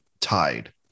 tied